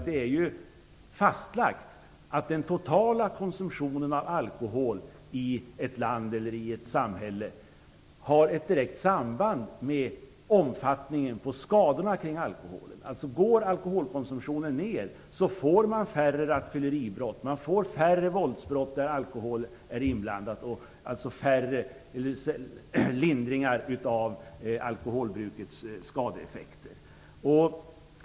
Det är ju fastlagt att den totala konsumtionen av alkohol i ett samhälle har ett direkt samband med omfattningen på de skador som har anknytning till alkoholen. Om alkoholkonsumtionen går ner får man färre rattfylleribrott, man får färre våldsbrott där alkohol är inblandad. Det innebär lindringar av alkholbrukets skadeeffekter.